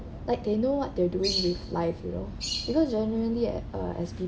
like they know what they're doing with life you know because generally at uh as people